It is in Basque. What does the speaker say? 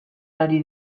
ari